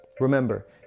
Remember